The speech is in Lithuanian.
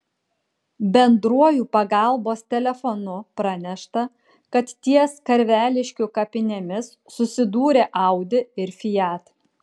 bendruoju pagalbos telefonu pranešta kad ties karveliškių kapinėmis susidūrė audi ir fiat